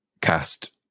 cast